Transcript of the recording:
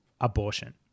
abortion